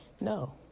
No